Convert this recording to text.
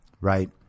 Right